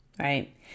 right